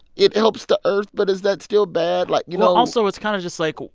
it helps the earth, but is that still bad? like, you know. also, it's kind of just like,